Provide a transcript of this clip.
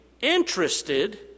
interested